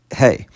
hey